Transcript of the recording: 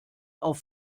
auf